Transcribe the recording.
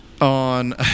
on